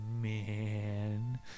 Man